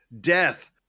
death